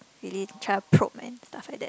really try to probe and stuff like that